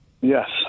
Yes